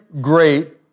great